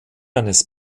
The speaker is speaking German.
eines